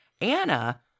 Anna